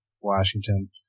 Washington